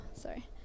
sorry